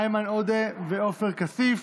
איימן עודה, עופר כסיף.